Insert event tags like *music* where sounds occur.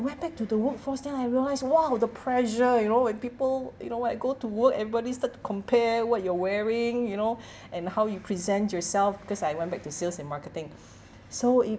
went back to the workforce then I realise !wow! the pressure you know with people you know what go to work everybody start to compare what you're wearing you know *breath* and how you present yourself because I went back to sales and marketing *breath* so it